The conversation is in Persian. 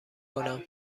کنم